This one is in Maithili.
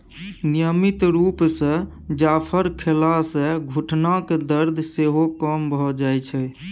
नियमित रुप सँ जाफर खेला सँ घुटनाक दरद सेहो कम भ जाइ छै